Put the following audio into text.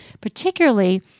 particularly